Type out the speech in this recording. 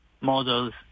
models